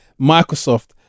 Microsoft